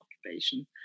occupation